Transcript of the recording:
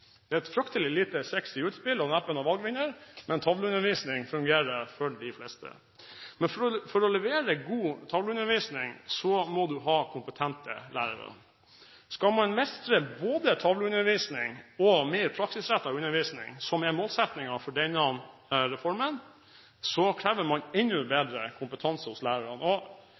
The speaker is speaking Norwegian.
for de fleste. For å levere god tavleundervisning må du ha kompetente lærere. Skal man mestre både tavleundervisning og mer praksisrettet undervisning, som er målsettingen for denne reformen, krever man enda bedre kompetanse hos lærerne. Jeg ble nesten rørt da jeg leste komitéinnstillingen, der det står følgende om nettopp dette: «Variasjon i undervisningen virker positivt på elevenes motivasjon og